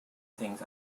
things